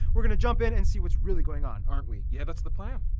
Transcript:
we're gonna jump in and see what's really going on, aren't we? yeah, that's the plan.